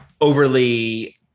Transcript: overly